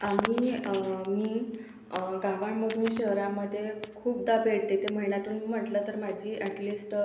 आम्ही मी गावांमधून शहरामध्ये खूपदा भेट देते महिन्यातून म्हटलं तर माझी अॅटलिस्ट